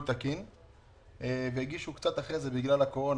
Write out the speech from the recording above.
תקין והגישו קצת אחרי כן בגלל הקורונה,